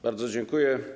Bardzo dziękuję.